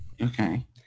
Okay